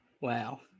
wow